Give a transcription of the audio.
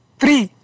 three